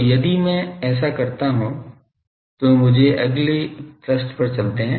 तो यदि मैं ऐसा करता हूं तो मुझे अगले पृष्ठ पर चलते है